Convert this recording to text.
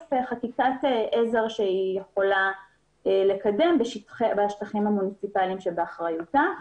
ומתוקף חקיקת עזר שהיא יכולה לקדם בשטחים המוניציפליים שבאחריותה.